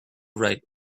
write